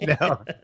No